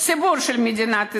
הציבור של מדינת ישראל.